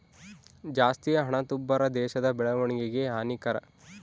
ಜಾಸ್ತಿ ಹಣದುಬ್ಬರ ದೇಶದ ಬೆಳವಣಿಗೆಗೆ ಹಾನಿಕರ